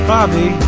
Bobby